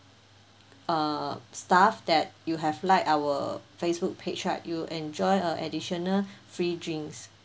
err staff that you have like our Facebook page right you enjoy a additional free drinks